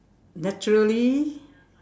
naturally